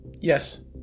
Yes